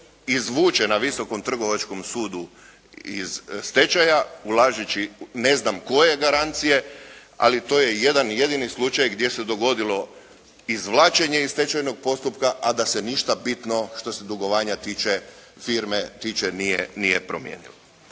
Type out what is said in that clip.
izvuče na Visokom trgovačkom sudu iz stečaja, ulažući ne znam koje garancije, ali to je jedan jedini slučaj gdje se dogodilo izvlačenje iz stečajnog postupka, a da se ništa bitno što se dugovanja tiče firme tiče, nije promijenilo.